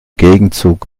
gegenzug